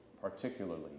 particularly